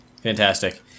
Fantastic